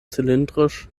zylindrisch